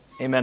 Amen